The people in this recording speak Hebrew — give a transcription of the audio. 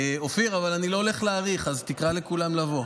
אופיר, אני לא הולך להאריך, אז תקרא לכולם לבוא.